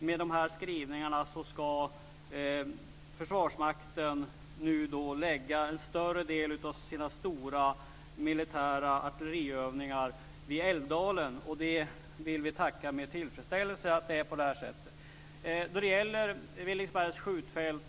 De här skrivningarna innebär att Försvarsmakten ska lägga en större del av sina stora militära artilleriövningar i Älvdalen. Det vill vi tacka för. Det finns ett stort historiskt engagemang i Villingsbergs skjutfält.